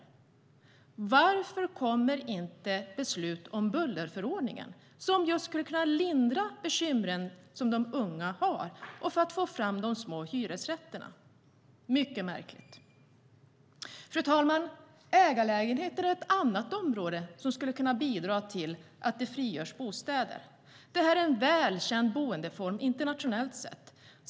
Varför kommer inte de beslut om bullerförordningen som skulle kunna lindra de bekymmer som de unga har och få fram de små hyresrätterna? Det är mycket märkligt. Fru talman! Ägarlägenheter är ett annat område som skulle kunna bidra till att det frigörs bostäder. Det här är en välkänd boendeform internationellt sett.